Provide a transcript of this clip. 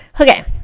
okay